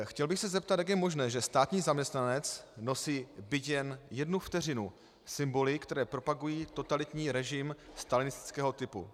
Chtěl bych se zeptat, jak je možné, že státní zaměstnanec nosí byť jen jednu vteřinu symboly, které propagují totalitní režim stalinistického typu.